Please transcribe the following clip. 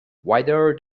wider